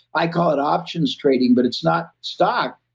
i call it options trading, but it's not stock.